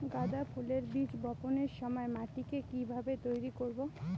গাদা ফুলের বীজ বপনের সময় মাটিকে কিভাবে তৈরি করব?